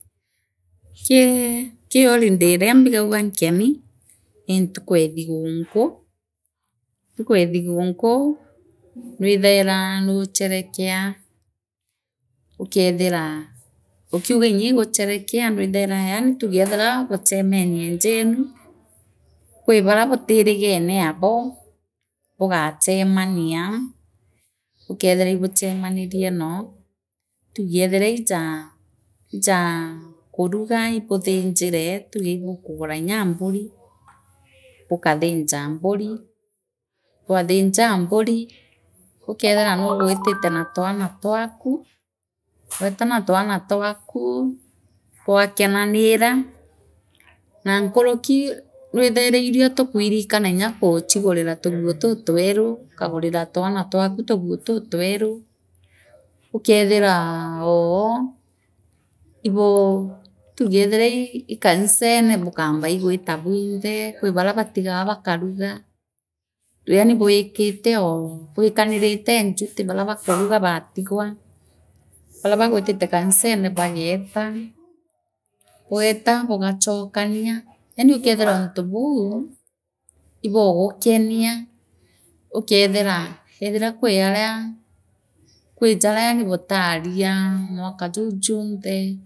Kii kii holiday iria mbigagu nkoni ii ntuku ce thigunku ntuku ee thigunku nwithaira nuuchenekea ukeethira ukiugaa nyaa ii gucherekea yaav thuge ethira buchemenie njena kwi baria buutirigene abo bugachemania ukithira ii buchemanirie noo tugee ethira ijaa ijaa kuruga ibuthinjire tuge ii kugura nya mburi bujathinja mburi bwathinja mburi ukeethira nuugwitite naa twana twaku weeta na twana twaku bwakenaanira naa nkuruki nwithaira irio tukwiiriaka guchigurira nya tuguu tutweru ukagurira twana twaku tuguu tutweta ukethira oo ibuu tugeethira ii kanirene bukamba ii gwita bwinthe kwi baria Batigagwa bakaruga yaani bwikite oo bwikanirite duty baria bakuruga baatigwa baria baagwitite kanisoro baageeta bweeta bugachochania eeni ukethira untu buu ibuugukeria ukethika eethira kwi aria kwi jaria butaria mwaka juu junthe.